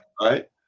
right